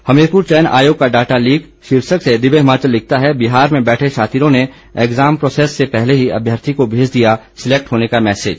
हमीरपुर चयन आयोग का डाटा लीक शीर्षक से दिव्य हिमाचल लिखता है बिहार में बैठे शातिरों ने एग्जाम प्रोसेस से पहले ही अभ्यर्थी को भेज दिया सिलेक्ट होने का मैसेज